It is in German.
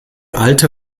alte